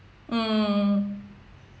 mm